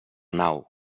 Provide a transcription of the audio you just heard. nau